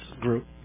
group